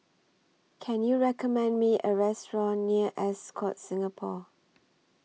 Can YOU recommend Me A Restaurant near Ascott Singapore